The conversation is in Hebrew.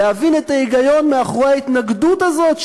להבין את ההיגיון מאחורי ההתנגדות הזאת,